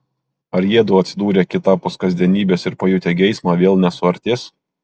ar jiedu atsidūrę kitapus kasdienybės ir pajutę geismą vėl nesuartės